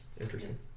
interesting